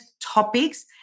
topics